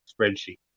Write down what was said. spreadsheet